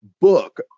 book